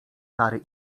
kary